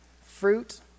fruit